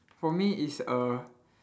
for me it's a